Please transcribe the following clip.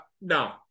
no